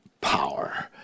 power